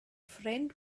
ffrind